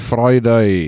Friday